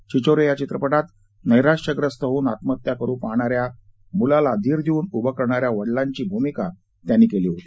छिछोरे या चित्रपटात नैराश्यग्रस्त होऊन आत्महत्या करु पाहणाऱ्या मुलाच्या त्याला धीर देऊन उभं करणाऱ्या वडिलांची भूमिका त्यांनी केली होती